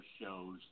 shows